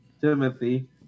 Timothy